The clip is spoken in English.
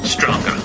Stronger